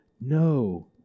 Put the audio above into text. No